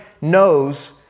knows